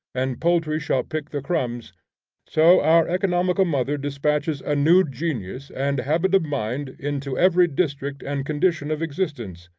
and poultry shall pick the crumbs so our economical mother dispatches a new genius and habit of mind into every district and condition of existence,